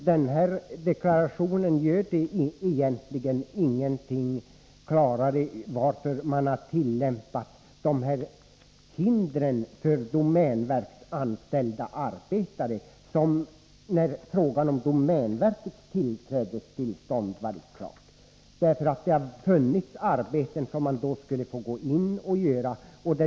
Herr talman! Försvarsministerns senaste deklaration klargör inte varför man har hindrat domänverksanställda arbetare att komma in på området trots att det varit klart att arbete skulle få utföras.